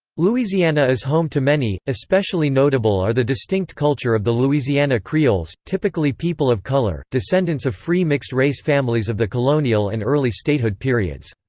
louisiana is home to many, especially notable are the distinct culture of the louisiana creoles, typically people of color, descendants of free mixed-race families of the colonial and early statehood periods.